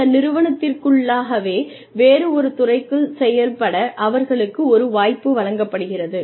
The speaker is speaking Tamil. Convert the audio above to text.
அந்த நிறுவனத்திற்கு உள்ளாகவே வேறு ஒரு துறைக்குள் செயல்பட அவர்களுக்கு ஒரு வாய்ப்பு வழங்கப்படுகிறது